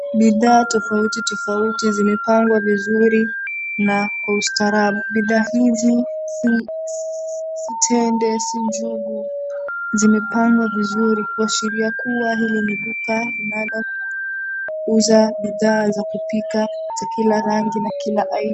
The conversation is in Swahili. Bidhaa tofauti tofauti zimepangwa vizuri na kwa ustarabu. Bidhaa hizi si tende si njugu zimepangwa vizuri kuashiria kuwa ni duka linalouza bidhaa za kupika za kila rangi na kila aina.